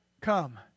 Come